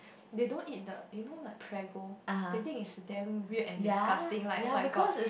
they don't eat the you know like Prego they think is damn weird and disgusting like oh-my-god